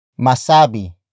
masabi